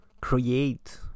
create